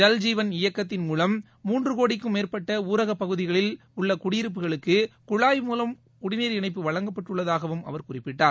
ஜல்ஜீவன் இயக்கத்தின் மூலம் மூன்று கோடிக்கும் மேற்பட்ட ஊரகப் பகுதிகளில் உள்ள குடியிருப்புகளுக்கு குழாய் மூலம் குடிநீர் இணைப்பு வழங்கப்பட்டுள்ளதாகவுடம் அவர் குறிப்பிட்டார்